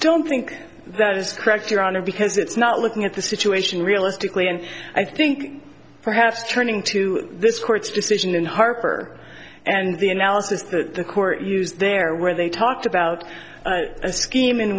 don't think that is correct your honor because it's not looking at the situation realistically and i think perhaps turning to this court's decision in harper and the analysis that the court use there where they talked about a scheme